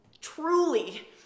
truly